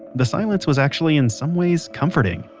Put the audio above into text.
the silence was actually in some ways comforting.